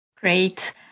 Great